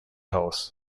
house